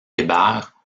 hébert